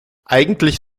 eigentlich